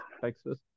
texas